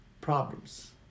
problems